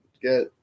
get